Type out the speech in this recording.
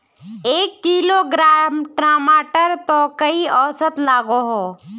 एक किलोग्राम टमाटर त कई औसत लागोहो?